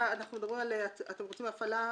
אתם רוצים הפעלה?